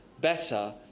better